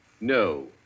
No